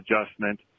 adjustment